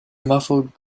muffled